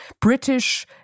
British